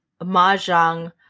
Mahjong